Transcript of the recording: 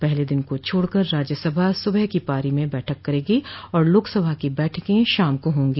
पहले दिन को छोड़कर राज्यसभा सुबह की पारी में बैठक करेगी और लोकसभा की बैठकें शाम को होगी